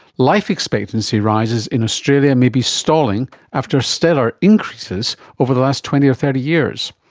life expectancy rises in australia may be stalling after stellar increases over the last twenty or thirty years.